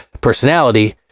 personality